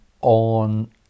On